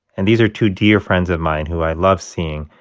and these are two dear friends of mine who i love seeing,